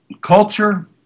Culture